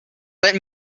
let